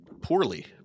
poorly